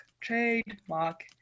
Trademark